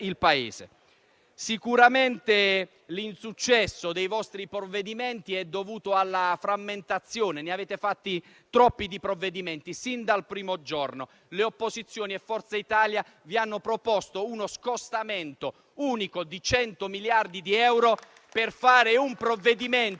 Paese. Sicuramente l'insuccesso dei vostri provvedimenti è dovuto alla frammentazione: ne avete fatti troppi sin dal primo giorno. Le opposizioni e Forza Italia vi hanno proposto uno scostamento unico di 100 miliardi di euro per scrivere